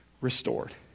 restored